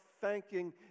thanking